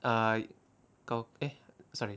ah kau ah eh sorry